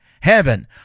Heaven